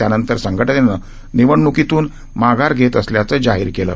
त्यानंतर संघटनेनं निवडणुकीतून माघार धेत असल्याचं जाहीर केलं